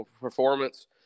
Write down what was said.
performance